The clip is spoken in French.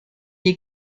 est